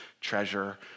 treasure